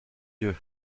yeux